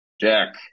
Jack